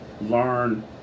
Learn